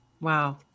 Wow